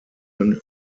überließ